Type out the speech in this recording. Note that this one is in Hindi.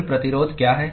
कुल प्रतिरोध क्या है